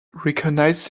recognized